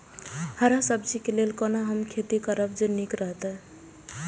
हरा सब्जी के लेल कोना हम खेती करब जे नीक रहैत?